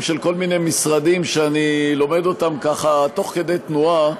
של כל מיני משרדים שאני לומד אותם ככה תוך כדי תנועה,